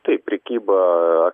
taip prekyba